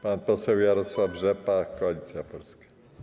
Pan poseł Jarosław Rzepa, Koalicja Polska.